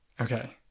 okay